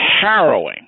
harrowing